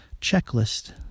checklist